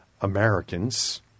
Americans